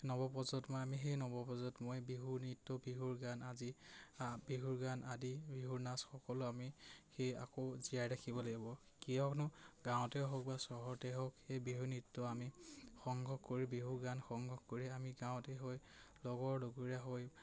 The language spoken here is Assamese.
নৱপ্ৰজন্মই আমি সেই নৱপ্ৰজন্মই বিহু নৃত্য বিহুৰ গান আজি বিহুৰ গান আদি বিহুৰ নাচ সকলো আমি সেই আকৌ জীয়াই ৰাখিব লাগিব কিয়কনো গাঁৱতেই হওক বা চহৰতেই হওক সেই বিহু নৃত্য আমি সংগ্ৰহ কৰি বিহুৰ গান সংগ্ৰহ কৰি আমি গাঁৱতে হৈ লগৰ লগৰীয়া হৈ